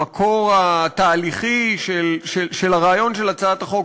המקור התהליכי של הרעיון של הצעת החוק,